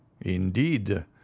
Indeed